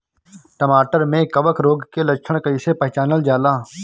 टमाटर मे कवक रोग के लक्षण कइसे पहचानल जाला?